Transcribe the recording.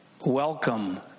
welcome